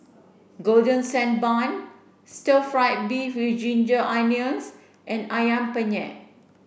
golden sand bun stir fry beef with ginger onions and Ayam Penyet